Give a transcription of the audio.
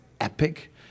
epic